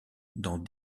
dans